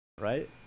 right